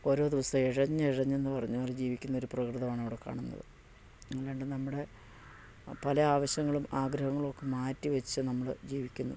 ഓരോ ദിവസവും ഇഴഞ്ഞു ഇഴഞ്ഞെന്ന് പറഞ്ഞത് പോലെ ജീവിക്കുന്ന ഒരു പ്രകൃതമാണ് അവിടെ കാണുന്നത് അല്ലാതെ നമ്മുടെ പല ആവശ്യങ്ങളും ആഗ്രഹങ്ങളും ഒക്കെ മാറ്റിവച്ചു നമ്മൾ ജീവിക്കുന്നു